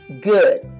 good